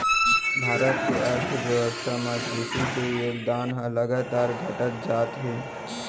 भारत के अर्थबेवस्था म कृसि के योगदान ह लगातार घटत जात हे